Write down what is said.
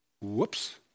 Whoops